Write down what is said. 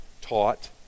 taught